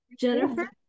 Jennifer